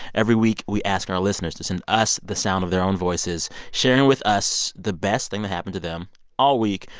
every week, we ask our listeners to send us the sound of their own voices sharing with us the best thing to happen to them all week.